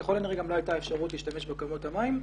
ככל הנראה גם לא הייתה אפשרות להשתמש בכמויות המים.